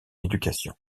éducation